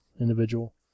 Individual